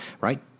right